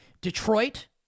Detroit